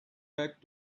back